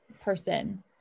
person